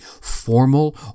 formal